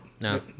No